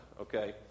okay